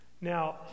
Now